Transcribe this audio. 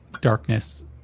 darkness